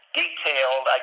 detailed